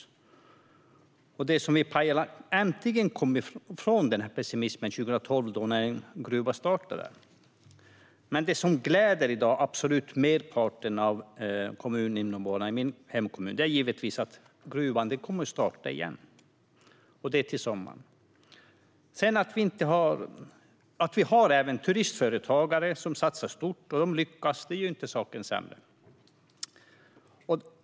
Den hade vi i Pajala äntligen kommit ifrån när en gruva startade 2012. Men det som i dag gläder merparten av invånarna i min hemkommun är givetvis att gruvan kommer att starta igen, till sommaren. Vi har även turismföretagare som satsar stort, och att de lyckas gör inte saken sämre.